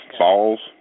falls